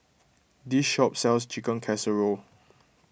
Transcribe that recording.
this shop sells Chicken Casserole